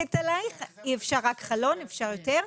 חולקת עליך; אפשר לקנות יותר,